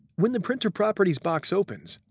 when the printer properties box opens,